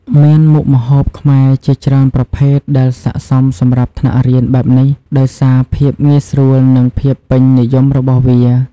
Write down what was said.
មានមុខម្ហូបខ្មែរជាច្រើនប្រភេទដែលស័ក្តិសមសម្រាប់ថ្នាក់រៀនបែបនេះដោយសារភាពងាយស្រួលនិងភាពពេញនិយមរបស់វា។